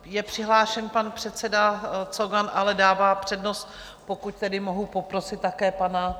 Je přihlášen pan předseda Cogan, ale dává přednost, pokud tedy mohu poprosit také pana...